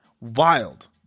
wild